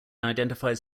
identifies